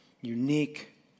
unique